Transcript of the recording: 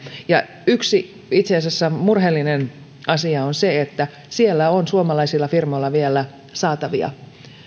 ja itse asiassa yksi murheellinen asia on se että siellä on suomalaisilla firmoilla vielä saatavia